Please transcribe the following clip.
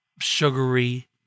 sugary